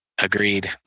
Agreed